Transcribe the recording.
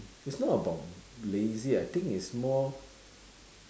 it's not about lazy I think it's more